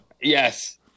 Yes